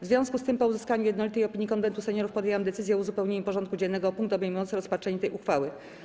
W związku z tym, po uzyskaniu jednolitej opinii Konwentu Seniorów, podjęłam decyzję o uzupełnieniu porządku dziennego o punkt obejmujący rozpatrzenie tej uchwały.